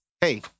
hey